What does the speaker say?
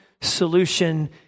solution